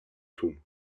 tun